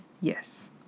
Yes